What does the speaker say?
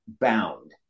bound